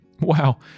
Wow